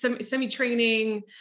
semi-training